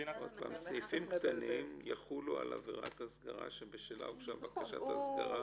"סעיפים קטנים יחולו על עבירת הסגרה שבשלה הוגשה בקשת ההסגרה